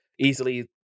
Easily